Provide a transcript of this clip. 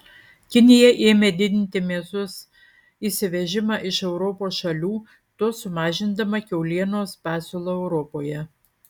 kinija ėmė didinti mėsos įsivežimą iš europos šalių tuo sumažindama kiaulienos pasiūlą europoje